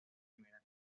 primera